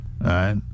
right